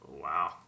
Wow